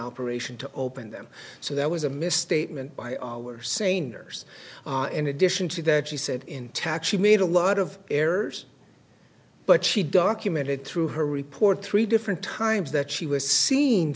operation to open them so that was a misstatement by say nurse in addition to that she said intact she made a lot of errors but she documented through her report three different times that she was seen